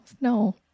no